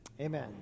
Amen